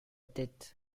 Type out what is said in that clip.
tête